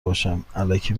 باشم٬الکی